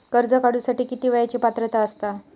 कर्ज काढूसाठी किती वयाची पात्रता असता?